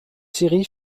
séries